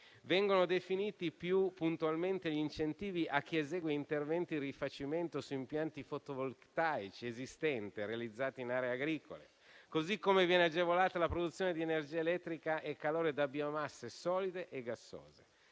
Vengono definiti più puntualmente gli incentivi a chi esegue interventi di rifacimento su impianti fotovoltaici esistenti realizzati in aree agricole; così come viene agevolata la produzione di energia elettrica e calore da biomasse, solide e gassose.